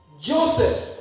Joseph